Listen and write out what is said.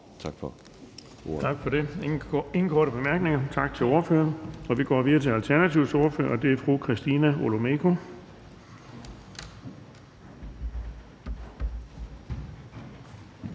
Tak for det. Der er ingen korte bemærkninger. Tak til ordføreren. Vi går videre til Alternativets ordfører, og det er fru Christina Olumeko.